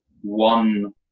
one